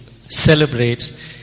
celebrate